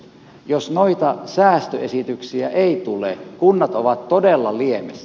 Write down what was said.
jos noita säästöesityksiä ei tule kunnat ovat todella liemessä